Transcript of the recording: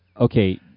okay